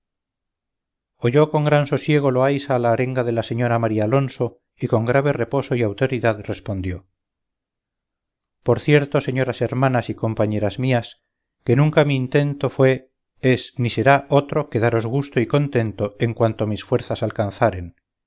oyó con gran sosiego loaysa la arenga de la señora marialonso y con grave reposo y autoridad respondió por cierto señoras hermanas y compañeras mías que nunca mi intento fue es ni será otro que daros gusto y contento en cuanto mis fuerzas alcanzaren y